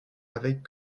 avec